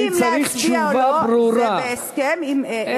אם להצביע או לא, זה בהסכם, אני צריך תשובה ברורה.